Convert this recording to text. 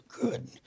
good